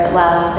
love